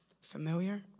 Familiar